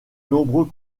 nombreux